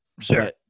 Sure